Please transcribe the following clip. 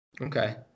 Okay